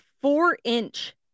four-inch